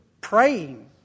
praying